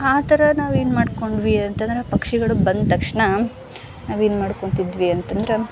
ಆ ಥರ ನಾವೇನು ಮಾಡ್ಕೊಂಡ್ವಿ ಅಂತಂದ್ರೆ ಪಕ್ಷಿಗಳು ಬಂದ ತಕ್ಷಣ ನಾವೇನು ಮಾಡ್ಕೊಳ್ತಿದ್ವಿ ಅಂತಂದ್ರೆ